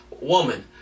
woman